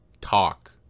talk